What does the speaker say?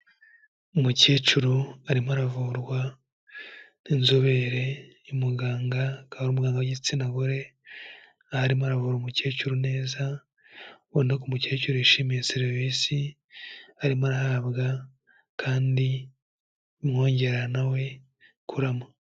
Umukecuru arimo aravurwa n'inzobere ni muganga, ka muganga w'igitsina gore, aho arimo aravura umukecuru neza, ubona ko umukecuru yishimiye serivisi arimo ahabwa, kandi bimwongerera na we kuramo.